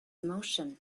motion